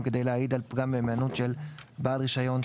כדי להעיד על פגם במהימנות של בעל רישיון,